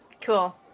cool